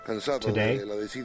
Today